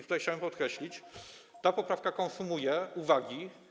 Tutaj chciałem podkreślić, że ta poprawka konsumuje uwagi.